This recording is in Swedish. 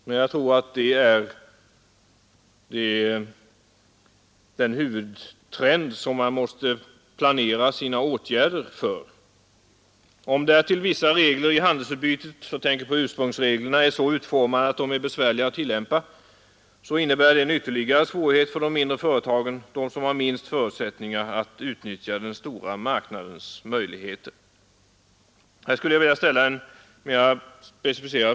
Men jag tror att det är den huvudtrend som man måste planera sina åtgärder för. Om därtill vi regler i handelsutbytet — jag tänker då närmast på ursprungsreglerna — är så utformade att de är besvärliga att tillämpa, så innebär det en ytterligare svårighet för de mindre företagen, alltså de som har minst förutsättningar att utnyttja den stora markandens möjligheter.